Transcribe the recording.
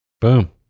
Boom